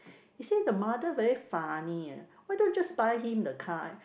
he say the mother very funny eh why don't just buy him the car